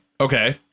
Okay